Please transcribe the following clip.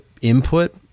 input